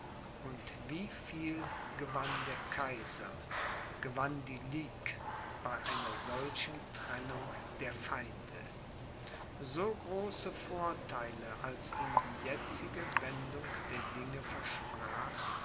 und wie viel gewann der kaiser gewann die ligue bei einer solchen trennung der feinde so große vortheile als ihm die jetzige wendung der dinge versprach